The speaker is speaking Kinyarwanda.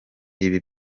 ibi